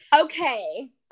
Okay